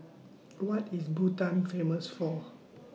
What IS Bhutan Famous For